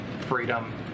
freedom